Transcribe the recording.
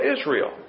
Israel